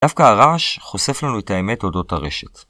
דווקא הרעש חושף לנו את האמת אודות הרשת.